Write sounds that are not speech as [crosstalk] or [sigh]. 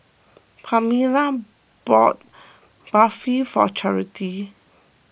Pamella bought [noise] Barfi for Charity